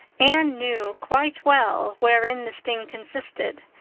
anne knew quite well wherein the sting consisted,